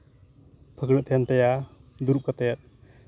ᱯᱷᱟᱹᱠᱲᱟᱹᱜ ᱛᱟᱦᱮᱱ ᱛᱟᱭᱟ ᱫᱩᱲᱩᱵ ᱠᱟᱛᱮᱫ